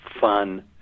fun